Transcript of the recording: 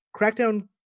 Crackdown